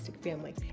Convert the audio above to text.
family